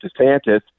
DeSantis